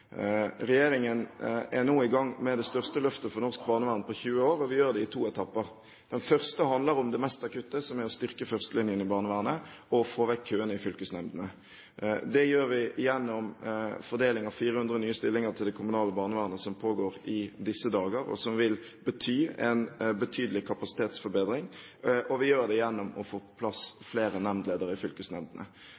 Regjeringen er nå i gang med det største løftet for norsk barnevern på 20 år, og vi gjør det i to etapper. Den første handler om det mest akutte, som er å styrke førstelinjen i barnevernet og få vekk køene i fylkesnemndene. Det gjør vi gjennom fordeling av 400 nye stillinger til det kommunale barnevernet, som pågår i disse dager, og som vil bety en betydelig kapasitetsforbedring. Og vi gjør det gjennom å få på plass